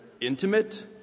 intimate